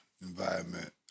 environment